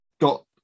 got